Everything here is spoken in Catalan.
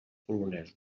polonesos